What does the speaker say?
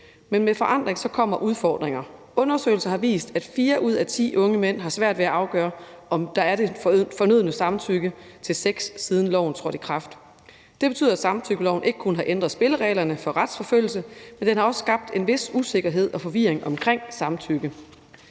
Men med forandring kommer udfordringer. Undersøgelser har vist, at siden loven trådte i kraft, har fire ud af ti unge mænd svært ved at afgøre, om der er det fornødne samtykke til sex. Det betyder, at samtykkeloven ikke kun har ændret spillereglerne for retsforfølgelse, men også skabt en vis usikkerhed og forvirring om samtykke.